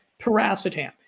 paracetam